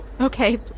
Okay